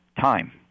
time